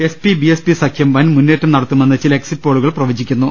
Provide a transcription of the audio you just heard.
S P B S P സംഖ്യം വൻ മുന്നേറ്റം നടത്തുമെന്ന് ചില എക്സിറ്റ് പോളുകൾ പ്രവചിക്കുന്നു